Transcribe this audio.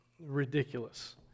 ridiculous